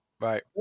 Right